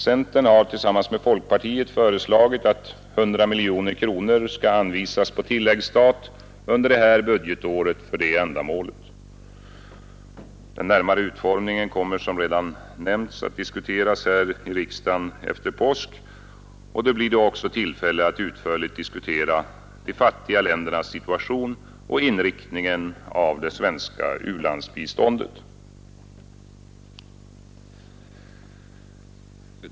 Centern har tillsammans med folkpartiet föreslagit, att 100 miljoner kronor skall anvisas på tilläggsstat under det här budgetåret för detta ändamål. Den närmare utformningen kommer som redan nämnts att diskuteras här i riksdagen efter påsk. Det blir då också tillfälle att utförligt diskutera de fattiga ländernas situation och inriktningen av det svenska u-landsbiståndet.